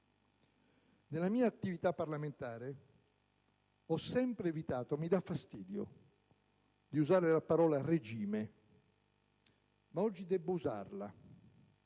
Nella mia attività parlamentare ho sempre evitato, perché mi dà fastidio, di usare la parola "regime": ma oggi debbo usarla.